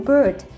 Bird